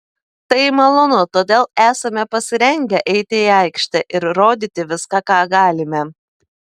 tai malonu todėl esame pasirengę eiti į aikštę ir rodyti viską ką galime